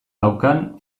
daukan